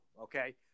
Okay